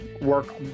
work